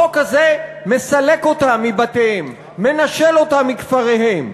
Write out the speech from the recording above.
החוק הזה מסלק אותם מבתיהם, מנשל אותם מכפריהם.